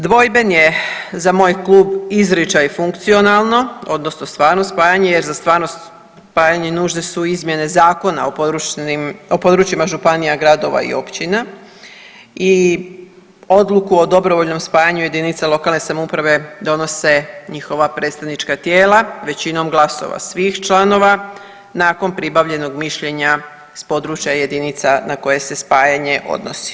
Dvojben je za moj klub izričaj funkcionalno odnosno stvarno spajanje jer za stvarno spajanje nužne su izmjene zakona o područnim, o područjima županija, gradova i općina i odluku o dobrovoljnom spajanju jedinica lokalne samouprave donose njihova predstavnička tijela većinom glasova svih članova nakon pribavljenog mišljenja s područja jedinica na koje se spajanje odnosi.